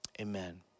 amen